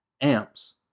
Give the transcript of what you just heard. amps